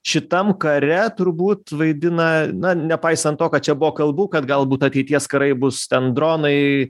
šitam kare turbūt vaidina na nepaisant to kad čia buvo kalbų kad galbūt ateities karai bus ten dronai